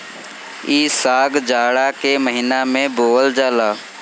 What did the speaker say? इ साग जाड़ा के महिना में बोअल जाला